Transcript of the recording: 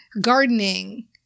gardening